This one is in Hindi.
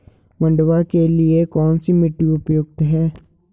मंडुवा के लिए कौन सी मिट्टी उपयुक्त है?